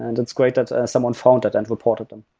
and it's great that someone found it and reported them.